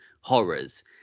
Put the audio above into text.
horrors